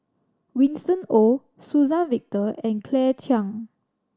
Winston Oh Suzann Victor and Claire Chiang